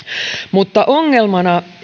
mutta ongelmana